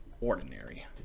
ordinary